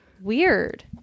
Weird